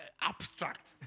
Abstract